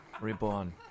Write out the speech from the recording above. reborn